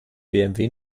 bmw